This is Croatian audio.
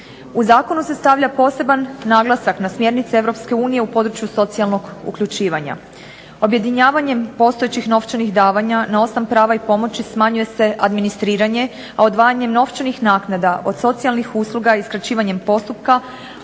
U zakonu se stavlja poseban naglasak na smjernice Europske unije u području socijalnog uključivanja. Objedinjavanjem postojećih novčanih davanja na osam prava i pomoći smanjuje se administriranje, a odvajanjem novčanih naknada od socijalnih usluga i skraćivanjem postupka